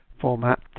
format